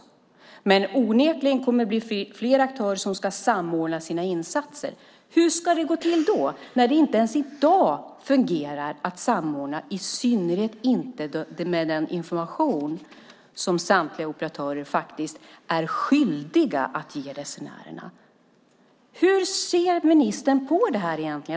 Men onekligen kommer det att bli fler aktörer som ska samordna sina insatser. Hur ska det då gå till när det inte ens i dag fungerar att samordna, i synnerhet inte den information som samtliga operatörer faktiskt är skyldiga att ge resenärerna? Hur ser ministern på detta egentligen?